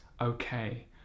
okay